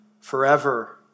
forever